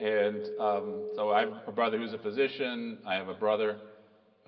and so i have a brother who's a physician. i have a brother